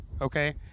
Okay